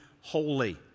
holy